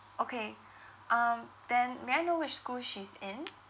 okay um then may I know which school she's in